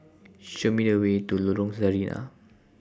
Show Me The Way to Lorong Sarina